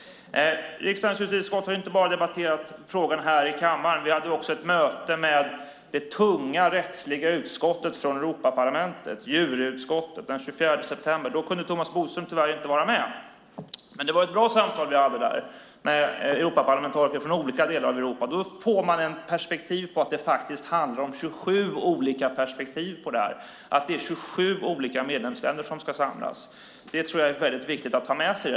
Riksdagens justitieutskott har inte bara debatterat frågan här i kammaren, vi hade också ett möte med representanter för det tunga rättsliga utskottet i Europaparlamentet, JURI-utskottet, den 24 september. Då kunde Thomas Bodström tyvärr inte vara med, men vi hade ett bra samtal med Europaparlamentariker från olika delar av Europa. Då förstod man att det handlar om 27 olika perspektiv, att det är 27 olika medlemsländer som ska samlas. Det är viktigt att man lär sig det.